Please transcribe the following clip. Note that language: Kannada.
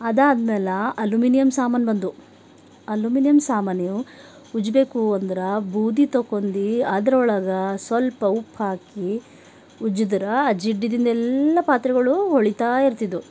ಅದಾದ್ಮೇಲೆ ಅಲುಮಿನಿಯಂ ಸಾಮಾನು ಬಂದವು ಅಲುಮಿನಿಯಂ ಸಾಮಾನು ಉಜ್ಜಬೇಕು ಅಂದ್ರೆ ಬೂದಿ ತಗೊಂಡು ಅದ್ರೊಳಗೆ ಸ್ವಲ್ಪ ಉಪ್ಪು ಹಾಕಿ ಉಜ್ಜಿದ್ರೆ ಆ ಜಿಡ್ಡಿದಿಂದೆಲ್ಲ ಪಾತ್ರೆಗಳು ಹೊಳೀತಾ ಇರ್ತಿದ್ವು